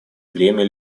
бремя